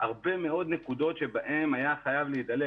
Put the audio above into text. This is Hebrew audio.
היו הרבה מאוד נקודות בהן הייתה חייבת להידלק